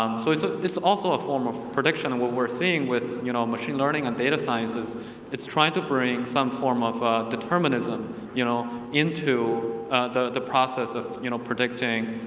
um so it's ah it's also a form of prediction and what we're seeing with you know machine learning and data science is it's trying to bring some form of ah determinism you know into the the process of you know predicting,